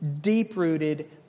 deep-rooted